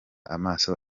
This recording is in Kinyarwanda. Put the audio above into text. amaso